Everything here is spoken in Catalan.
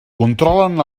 controlen